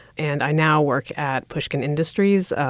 and i now work at pushkin industries,